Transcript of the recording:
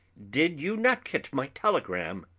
did you not get my telegram?